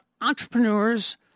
entrepreneurs